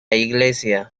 iglesia